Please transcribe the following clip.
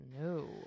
No